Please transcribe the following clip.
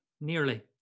nearly